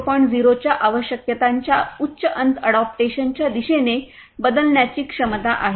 0 च्या आवश्यकतांच्या उच्च अंत अडॉप्टेशन च्या दिशेने बदलण्याची क्षमता आहे